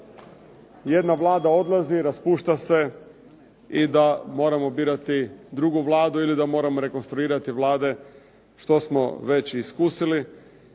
jedna Vlada odlazi i raspušta se i da moramo birati drugu Vladu ili da moramo rekonstruirati vlade što smo već iskusili.